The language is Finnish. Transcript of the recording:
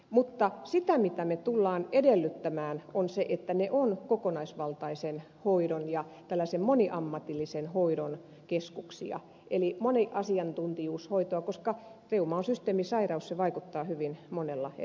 mutta se mitä me tulemme edellyttämään on se että ne ovat kokonaisvaltaisen hoidon ja tällaisen moniammatillisen hoidon keskuksia eli moniasiantuntijuushoitoa koska reuma on systeemisairaus se vaikuttaa hyvin monella eri tavalla